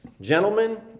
Gentlemen